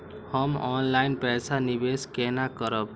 हम ऑनलाइन पैसा निवेश केना करब?